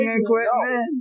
equipment